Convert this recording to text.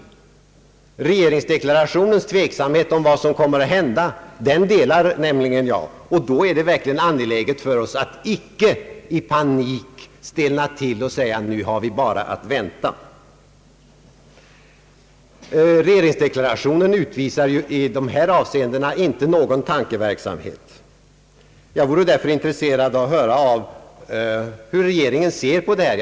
Jag delar nämligen regeringsdeklarationens tveksamhet om vad som kommer att hända, och då är det verkligen angeläget för oss att icke i panik stelna till och säga att nu har vi bara att vänta. Regeringsdeklarationen utvisar i dessa avseenden inte någon tankeverksamhet. Jag vore därför tacksam få höra hur regeringen ser på detta problem.